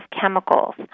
chemicals